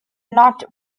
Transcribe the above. not